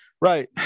Right